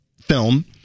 film